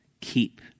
keep